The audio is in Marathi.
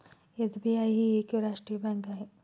एस.बी.आय ही एक राष्ट्रीय बँक आहे